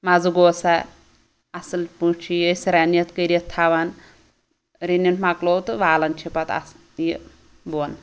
مَزٕ گوٚو سا اصٕل پٲٹھۍ چھِ یہِ أسۍ رٔنِتھ کٔرِتھ تھاوان رٔنِتھ مۄکلوو تہٕ والان چھِ پَتہٕ اتھ یہِ بۄن